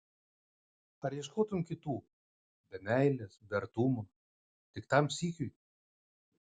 ar ieškotum kitų be meilės be artumo tik tam sykiui